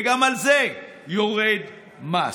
וגם על זה יורד מס.